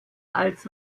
als